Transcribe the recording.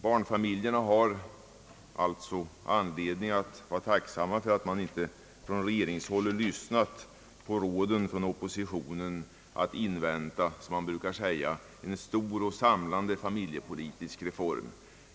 Barnfamiljerna har alltså anledning att vara tacksamma för att regeringen inte lyssnat på råden från oppositionen att invänta en, som man brukar säga, stor och samlande familjepolitisk reform.